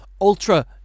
ultra